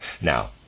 Now